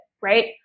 right